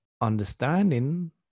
understanding